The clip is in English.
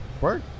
Work